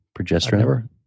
Progesterone